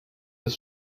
das